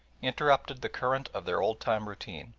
interrupted the current of their old-time routine,